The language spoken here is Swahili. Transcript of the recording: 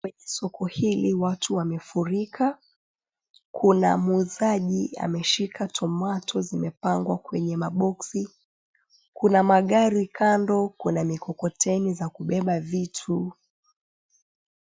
Kwenye soko hili watu wamefurika, kuna muuzaji ameshika tomato zimepangwa kwenye maboksi, kuna magari kando, kuna mikokoteni za kubeba vitu.